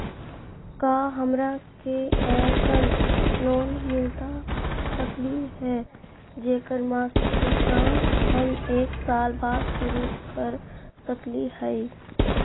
का हमरा के ऐसन लोन मिलता सकली है, जेकर मासिक भुगतान हम एक साल बाद शुरू कर सकली हई?